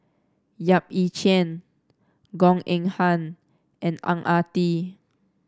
Yap Ee Chian Goh Eng Han and Ang Ah Tee